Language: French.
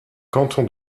canton